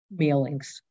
mailings